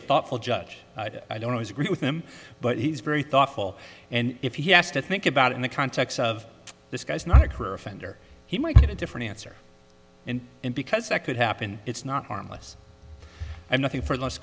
a thoughtful judge i don't always agree with him but he's very thoughtful and if he has to think about in the context of this guy's not her offender he might get a different answer and because that could happen it's not harmless and nothing for